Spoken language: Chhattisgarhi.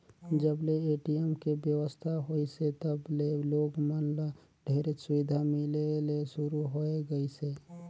जब ले ए.टी.एम के बेवस्था होइसे तब ले लोग मन ल ढेरेच सुबिधा मिले ले सुरू होए गइसे